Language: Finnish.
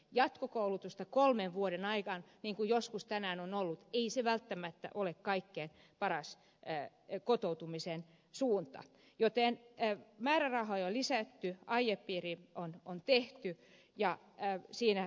jatkokoulutusta kolmen vuoden ajan niin kuin joskus on ollut se ei välttämättä ole kaikkein paras kotoutumisen suunta joten määrärahoja on lisätty aiesopimus on tehty ja siinä edetty